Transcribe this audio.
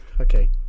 Okay